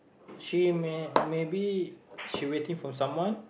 she may she maybe she waiting for someone